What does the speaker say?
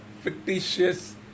fictitious